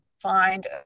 find